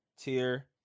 tier